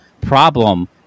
problem